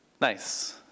Nice